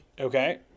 Okay